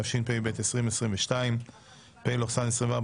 התשפ"ב-2022 (פ/3786/24),